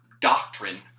doctrine